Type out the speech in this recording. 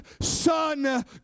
son